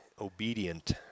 obedient